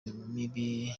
mibi